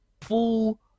full